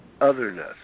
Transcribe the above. otherness